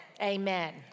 Amen